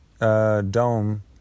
dome